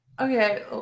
Okay